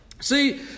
See